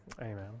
amen